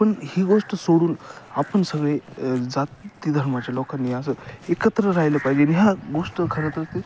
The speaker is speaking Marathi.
पण ही गोष्ट सोडून आपण सगळे जाती धर्माच्या लोकांनी असं एकत्र राहिलं पाहिजे आणि ह्या गोष्ट खरं तर ते